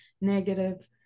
negative